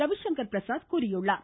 ரவிசங்கர் பிரசாத் தெரிவித்துள்ளார்